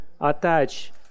attach